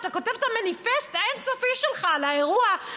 כשאתה כותב את המניפסט האין-סופי שלך על האירוע,